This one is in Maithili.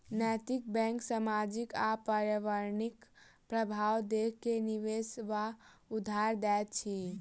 नैतिक बैंक सामाजिक आ पर्यावरणिक प्रभाव देख के निवेश वा उधार दैत अछि